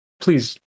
please